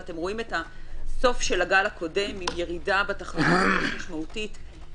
ואתם רואים את הסוף של הגל הקודם עם ירידה מאוד משמעותית בתחלואה,